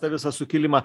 tą visą sukilimą